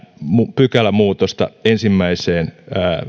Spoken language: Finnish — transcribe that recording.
pykälämuutosta ensimmäiseen